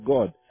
God